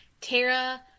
Tara